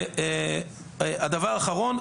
הדבר האחרון,